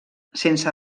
sense